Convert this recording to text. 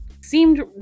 seemed